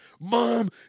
mom